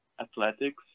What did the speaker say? athletics